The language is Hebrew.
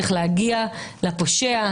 להגיע לפושע,